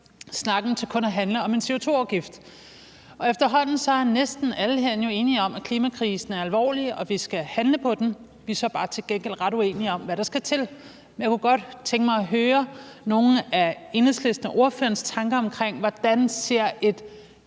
snakken til kun at handle om en CO2-afgift. Efterhånden er næsten alle herinde jo enige om, at klimakrisen er alvorlig, og at vi skal handle på den, men vi er så til gengæld bare ret uenige om, hvad der skal til. Men jeg kunne godt tænke mig at høre nogle af Enhedslistens og ordførerens tanker om, hvordan et